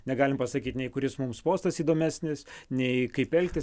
negalim pasakyt nei kuris mums postas įdomesnis nei kaip elgtis